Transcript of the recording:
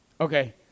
Okay